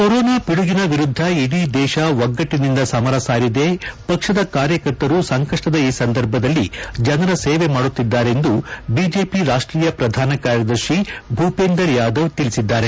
corona ಪಡುಗಿನ ಎರುದ್ಧ ಇಡೀ ದೇಶ ಒಗ್ಗಟ್ಟಾಂದ ಸಮರ ಸಾರಿದೆ ಪಕ್ಷದ ಕಾರ್ಯಕರ್ತರು ಸಂಕಷ್ಟದ ಈ ಸಂದರ್ಭದಲ್ಲಿ ಜನರ ಸೇವೆ ಮಾಡುತ್ತಿದ್ದಾರೆಂದು ಬಿಜೆಪಿ ರಾಷ್ಟೀಯ ಪ್ರಧಾನ ಕಾರ್ಯದರ್ಶಿ ಭೂಪೇಂದರ್ ಯಾದವ್ ತಿಳಿಸಿದ್ದಾರೆ